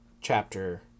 chapter